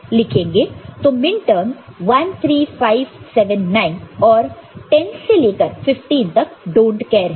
तो मिनटर्म्स 1 3 5 7 9 है और 10 से लेकर 15 तक डोंट केयर है